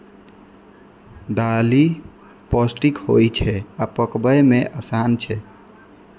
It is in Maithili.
दालि पौष्टिक होइ छै आ पकबै मे आसान छै